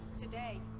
Today